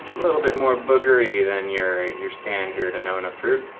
a little bit more boogery than your your standard annona fruit,